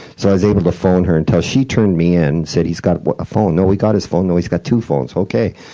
so i was able to phone her until she turned me in, said, he's got a phone. no, we got his phone. no, he's got two phones. okay.